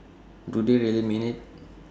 do they really mean IT